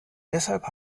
deshalb